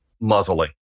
muzzling